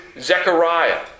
Zechariah